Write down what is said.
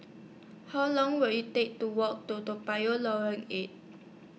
How Long Will IT Take to Walk to Toa Payoh Lorong eight